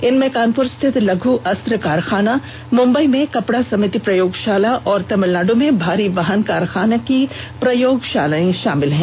इनमें कानपुर स्थित लघु अस्त्र कारखाना मुंबई में कपड़ा समिति प्रयोगशाला और तमिलनाड् में भारी वाहन कारखाना की प्रयोगशालाएं शामिल हैं